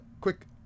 quick